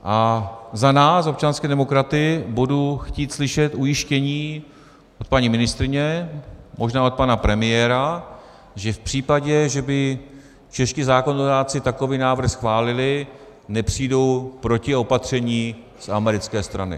A za nás, občanské demokraty, budu chtít slyšet ujištění od paní ministryně, možná od pana premiéra, že v případě, že by čeští zákonodárci takový návrh schválili, nepřijdou protiopatření z americké strany.